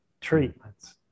treatments